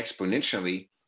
exponentially